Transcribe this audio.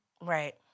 Right